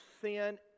sin